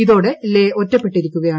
ഇതോടെ ലേ ഒറ്റപ്പെട്ടിരിക്കുകയാണ്